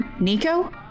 Nico